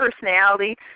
personality